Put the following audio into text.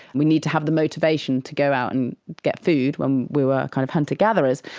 we need to have the motivation to go out and get food when we were kind of hunter gatherers.